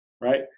right